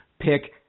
pick